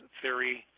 theory